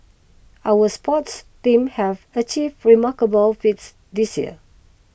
our sports teams have achieved remarkable feats this year